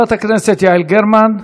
חברת הכנסת יעל גרמן,